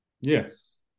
Yes